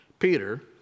Peter